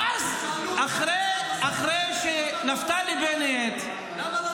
ואז, תראה, אחרי שנפתלי בנט --- למה לא דיברת?